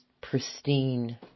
pristine